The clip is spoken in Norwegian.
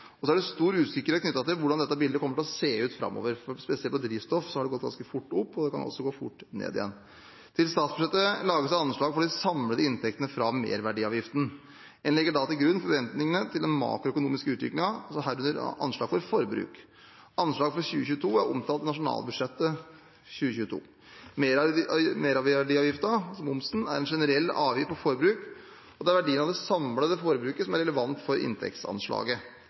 er stor usikkerhet knyttet til hvordan dette bildet kommer til å se ut framover. Spesielt for drivstoff har prisene gått ganske fort opp, men de kan også gå ganske fort ned igjen. Til statsbudsjettet lages det anslag for de samlede inntektene fra merverdiavgiften. En legger da til grunn forventningene til den makroøkonomiske utviklingen, herunder anslag for forbruk. Anslagene for 2022 er omtalt i nasjonalbudsjettet for 2022. Merverdiavgiften, altså momsen, er en generell avgift på forbruk, og det er verdien av det samlede forbruket som er relevant for inntektsanslaget.